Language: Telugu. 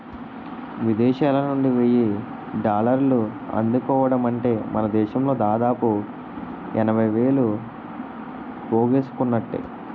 విదేశాలనుండి వెయ్యి డాలర్లు అందుకోవడమంటే మనదేశంలో దాదాపు ఎనభై వేలు పోగేసుకున్నట్టే